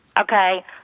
okay